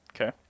Okay